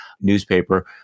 newspaper